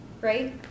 right